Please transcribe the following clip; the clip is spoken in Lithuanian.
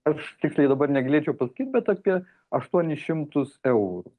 aš tiksliai dabar negalėčiau pasakyt bet apie aštuonis šimtus eurų